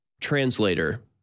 translator